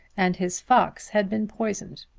and his fox had been poisoned.